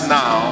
now